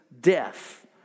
death